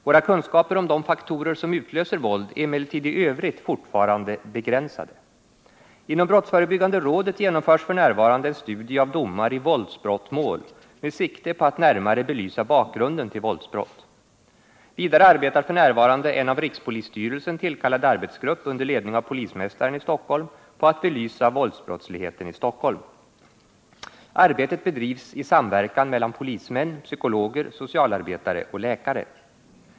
Våra kunskaper om de faktorer som utlöser våld är emellertid i övrigt fortfarande begränsade. Inom brottsförebyggande rådet genomförs f. n. en studie av domar i våldsbrottmål med sikte på att närmare belysa bakgrunden till våldsbrott. Vidare arbetar f. n. en av rikspolisstyrelsen tillkallad arbetsgrupp under ledning av polismästaren i Stockholm på att belysa våldsbrottsligheten i Stockholm. Arbetet bedrivs i samverkan mellan polismän, psykologer, socialarbetare och läkare.